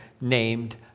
named